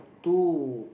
two